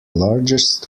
largest